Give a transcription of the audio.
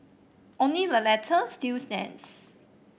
only the latter still stands